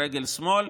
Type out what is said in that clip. ברגל שמאל,